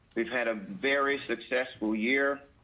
we've had a very successful year.